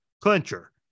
clincher